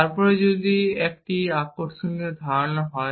তারপরে যদি এখন এটি একটি আকর্ষণীয় ধারণা হয়